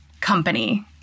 company